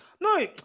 no